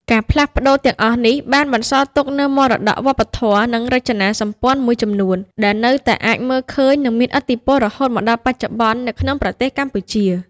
ការផ្លាស់ប្ដូរទាំងអស់នេះបានបន្សល់ទុកនូវមរតកវប្បធម៌ និងរចនាសម្ព័ន្ធមួយចំនួន ដែលនៅតែអាចមើលឃើញ និងមានឥទ្ធិពលរហូតមកដល់បច្ចុប្បន្ននៅក្នុងប្រទេសកម្ពុជា។